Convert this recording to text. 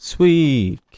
Sweet